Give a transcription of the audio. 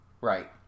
Right